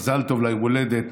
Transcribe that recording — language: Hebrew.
מזל טוב ליום ההולדת,